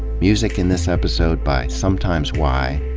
music in this episode by sumtimes why,